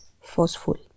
forceful